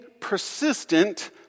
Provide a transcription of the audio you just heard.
persistent